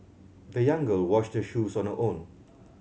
the young girl washed shoes on her own